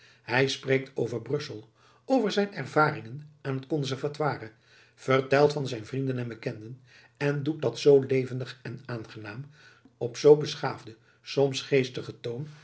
hij spreekt over brussel over zijn ervaringen aan het conservatoire vertelt van zijn vrienden en bekenden en doet dat zoo levendig en aangenaam op zoo beschaafden soms geestigen toon